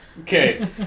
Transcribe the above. Okay